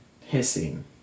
hissing